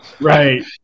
Right